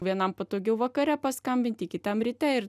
vienam patogiau vakare paskambinti kitam ryte ir